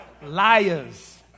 liars